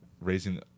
raising